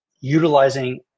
utilizing